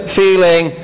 feeling